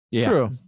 True